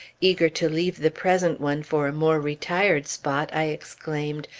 eager to leave the present one for a more retired spot, i exclaimed,